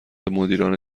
مدیران